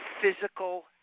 physical